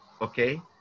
okay